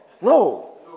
No